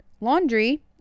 laundry